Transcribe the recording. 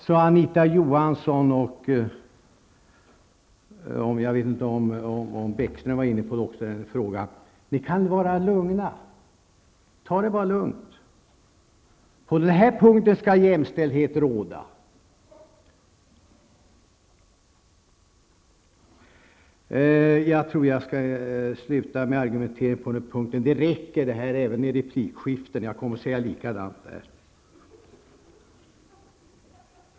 Så Anita Johansson och Lars Bäckström kan vara lugna. Ta det bara lugnt. På den punkten skall jämställdhet råda. Jag tror att jag skall sluta med argumenteringen på den här punkten. Det här räcker även för replikskiftet. Jag kommer att säga samma sak där.